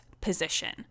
position